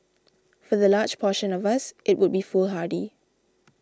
for the large portion of us it would be foolhardy